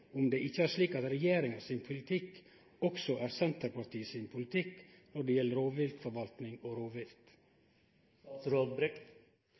om det ikkje er slik at regjeringa sin politikk også er Senterpartiet sin politikk når det gjeld rovviltforvaltning og